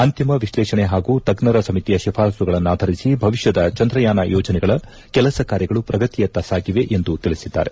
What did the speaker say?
ಅಂತಿಮ ವಿಶ್ಲೇಷಣೆ ಹಾಗೂ ತಜ್ಞರ ಸಮಿತಿಯ ಶಿಫಾರಸ್ಸುಗಳನ್ನಾಧರಿಸಿ ಭವಿಷ್ಯದ ಚಂದ್ರಯಾನ ಯೋಜನೆಗಳ ಕೆಲಸ ಕಾರ್ಯಗಳು ಪ್ರಗತಿಯತ್ತ ಸಾಗಿವೆ ಎಂದು ತಿಳಿಸಿದ್ದಾರೆ